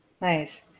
Nice